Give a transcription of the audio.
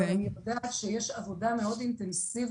אבל אני רואה שיש עבודה מאוד אינטנסיבית